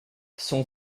son